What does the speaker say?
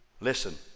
Listen